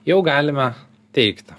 jau galime teigti